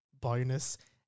bonus